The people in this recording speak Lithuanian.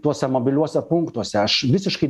tuose mobiliuose punktuose aš visiškai